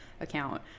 account